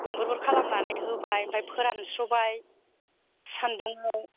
दुंबुर बुर खालामनानै होबाय ओमफ्राय फोरानस्र'बाय सान्दुंआव